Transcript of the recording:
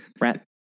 Rat